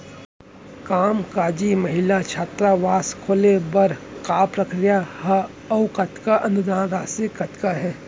कामकाजी महिला छात्रावास खोले बर का प्रक्रिया ह अऊ कतेक अनुदान राशि कतका हे?